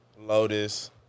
Lotus